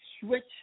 switch